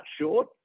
short